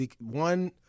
One